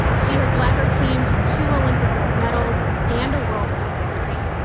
she has led her team to two olympic gold medals and a world cup victory.